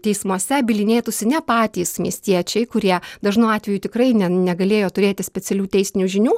teismuose bylinėtųsi ne patys miestiečiai kurie dažnu atveju tikrai ne negalėjo turėti specialių teisinių žinių